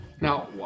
Now